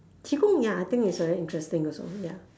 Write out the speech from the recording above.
qi-gong ya I think is very interesting also ya